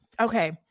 Okay